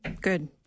good